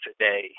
today